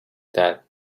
that